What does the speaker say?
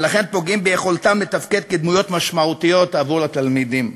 ולכן פוגעים ביכולתם לתפקד כדמויות משמעותיות עבור התלמידים,